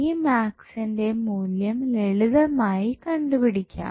p max ന്റെ മൂല്യം ലളിതമായി കണ്ടുപിടിക്കാം